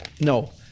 no